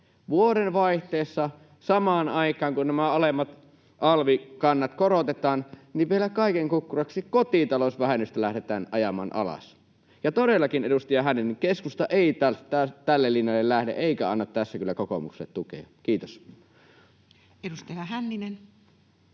Vuodenvaihteessa, samaan aikaan kun nämä alemmat alvikannat korotetaan, vielä kaiken kukkuraksi kotitalousvähennystä lähdetään ajamaan alas. Todellakaan, edustaja Hänninen, keskusta ei tälle linjalle lähde eikä anna tässä kyllä kokoomukselle tukea. — Kiitos. [Speech